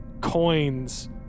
coins